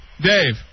Dave